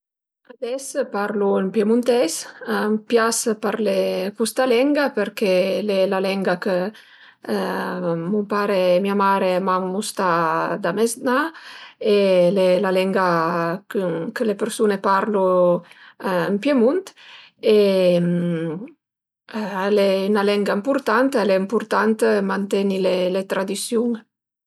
Ades parlu ën piemunteis, a m'pias parlé custa lenga përché mun pare e mia mare m'an mustà da maznà e le la lenga chë le persun-e parlu ën Piemunt al e 'na lenga ëmpurtanta, al e ëmpurtant manten-i le tradisiun